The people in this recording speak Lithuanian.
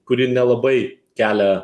kuri nelabai kelia